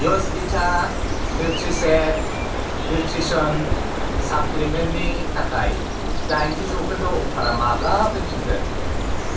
यसबिता निउट्रिशेक निउट्रिसन साप्लिमेन्टनि थाखाय दाइनजि जौखोन्दो अफारा माब्ला फैफिनगोन